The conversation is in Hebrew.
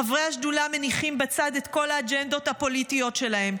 חברי השדולה מניחים בצד את כל האג'נדות הפוליטיות שלהם,